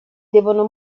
devono